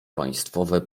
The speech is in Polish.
państwowe